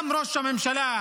גם ראש הממשלה,